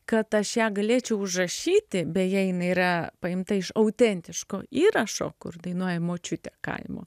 kad aš ją galėčiau užrašyti beje jinai yra paimta iš autentiško įrašo kur dainuoja močiutė kaimo